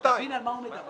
תבין על מה הוא מדבר,